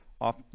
off